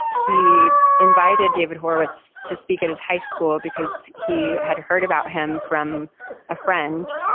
he invited david horowitz to speak at his high school because he had heard about him from a friend.